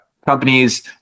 companies